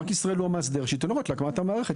בנק ישראל הוא המאסדר, שייתן הוראות להקמת המערכת.